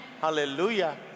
Hallelujah